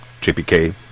JPK